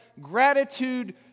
gratitude